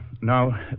Now